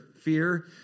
fear